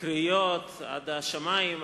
קריאות עד השמים,